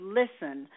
listen